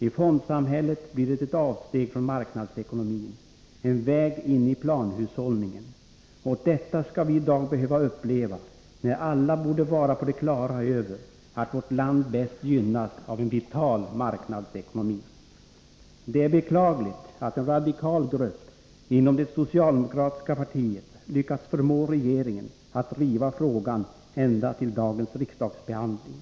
I fondsamhället blir det ett avsteg från marknadsekonomin, en väg in i planhushållningen. Och detta skall vi i dag behöva uppleva, när alla borde vara på det klara med att vårt land bäst gynnas av en vital marknadsekonomi. Det är beklagligt att en radikal grupp inom det socialdemokratiska partiet Nr 55 lyckats förmå regeringen att driva frågan ända till dagens riksdagsbehand ling.